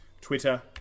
Twitter